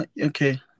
okay